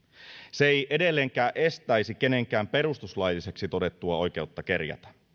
se ei edelleenkään estäisi kenenkään perustuslailliseksi todettua oikeutta kerjätä